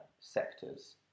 sectors